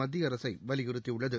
மத்திய அரசை வலியுறுத்தியுள்ளது